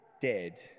dead